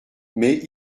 mais